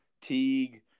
Teague